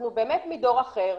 אנחנו באמת מדור אחר,